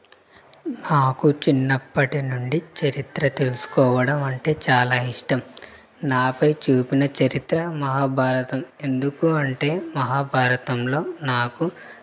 నాకు చిన్నప్పటి నుండి చరిత్ర తెలుసుకోవడం అంటే చాలా ఇష్టం నాపై చూపిన చరిత్ర మహాభారతం ఎందుకు అంటే మహాభారతంలో నాకు